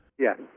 Yes